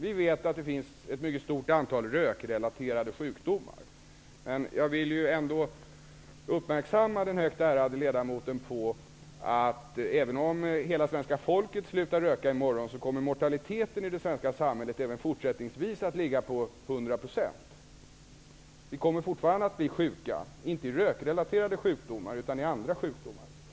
Vi vet att det finns ett mycket stort antal tobaksrelaterade sjukdomar, men jag vill ändå uppmärksamma den högt ärade ledamoten på att mortaliteten, även om hela svenska folket skulle sluta röka i morgon, även fortsättningsvis kommer att ligga på 100 %. Vi kommer fortfarande att bli sjuka, inte i tobaksrelaterade sjukdomar men i andra sjukdomar.